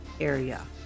area